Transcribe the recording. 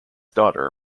daughter